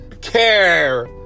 care